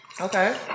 Okay